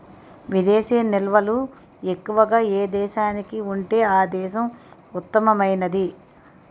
విదేశీ నిల్వలు ఎక్కువగా ఏ దేశానికి ఉంటే ఆ దేశం ఉత్తమమైనది